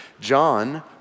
John